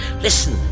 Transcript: Listen